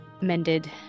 mended